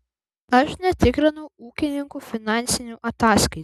aš netikrinau ūkininkų finansinių ataskaitų